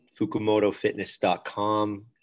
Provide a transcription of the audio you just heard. fukumotofitness.com